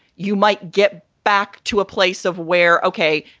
you might get back to a place of where. ok,